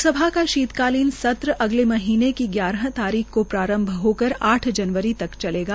लोकसभा का शीत कालीन सत्र अगले महीने की ग्यारह तारीख को प्रारंभ होकर आठ जनवरी तक चलेगा